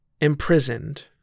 imprisoned